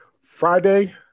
Friday